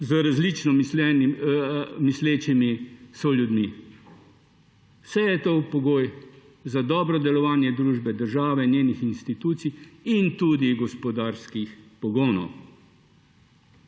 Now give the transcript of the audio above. z različno mislečimi soljudmi. Vse to je pogoj za dobro delovanje družbe, države, njenih institucij in tudi gospodarskih pogonov.